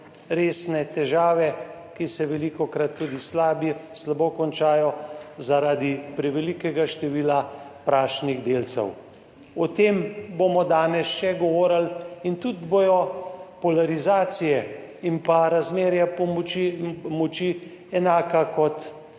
resne težave, ki se velikokrat tudi slabo končajo, zaradi prevelikega števila prašnih delcev. O tem bomo danes še govorili in tudi polarizacije in razmerja moči bodo enaka kot